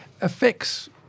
affects